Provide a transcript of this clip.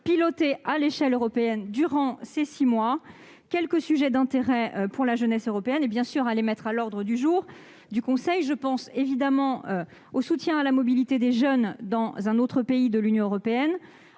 piloter, à l'échelle européenne, durant ces six mois, quelques sujets d'intérêt pour la jeunesse européenne et, bien sûr, pour les mettre à l'ordre du jour du Conseil. Je pense évidemment au soutien à la mobilité des jeunes dans un autre pays de l'Union européenne